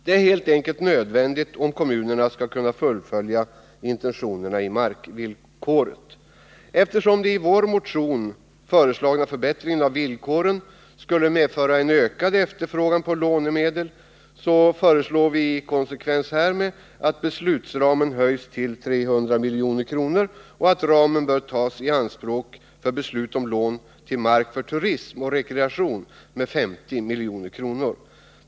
Det är helt enkelt nödvändigt om kommunerna skall kunna fullfölja intentionerna bakom markvillkoret. Eftersom den i vår motion föreslagna förbättringen av villkoren skulle medföra en ökad efterfrågan på lånemedel föreslår vi i konsekvens härmed att beslutsramen höjs till 300 milj.kr. och att ramen bör få tas i anspråk för beslut om lån till mark för turism och rekreation med 50 milj.kr.